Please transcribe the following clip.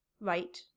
right